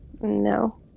no